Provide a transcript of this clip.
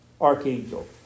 archangel